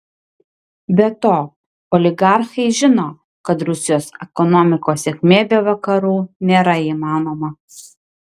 be to oligarchai žino kad rusijos ekonomikos sėkmė be vakarų nėra įmanoma